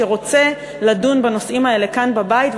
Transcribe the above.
שרוצה דיון בנושאים האלה כאן בבית,